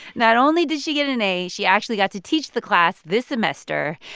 not only did she get an a, she actually got to teach the class this semester.